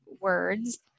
words